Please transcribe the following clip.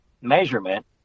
measurement